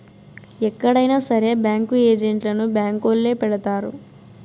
ఎక్కడైనా సరే బ్యాంకు ఏజెంట్లను బ్యాంకొల్లే పెడతారు